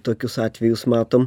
tokius atvejus matom